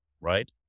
right